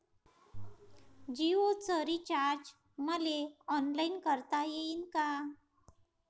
जीओच रिचार्ज मले ऑनलाईन करता येईन का?